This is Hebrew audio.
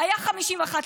היה 51,